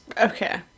Okay